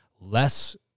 less